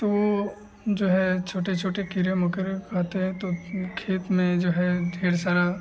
तो वह जो है छोटे छोटे कीड़े मकोड़े खाते हैं तो उसमें खेत में जो है ढेर सारा